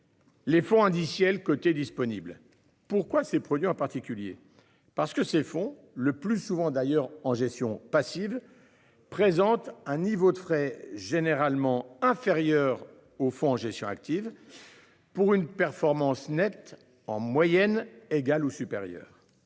Les fonds indiciels côtés disponible. Pourquoi ces produits en particulier parce que ces fonds le plus souvent d'ailleurs en gestion passive. Présentent un niveau de frais généralement inférieurs au fonds en gestion active. Pour une performance nette en moyenne égale ou supérieure.